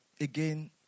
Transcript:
again